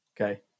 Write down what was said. okay